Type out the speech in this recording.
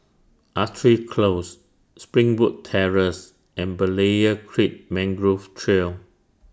Artillery Close Springwood Terrace and Berlayer Creek Mangrove Trail